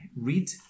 read